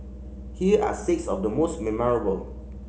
here are six of the most memorable